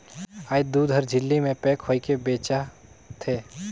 आयज दूद हर झिल्ली में पेक होयके बेचा थे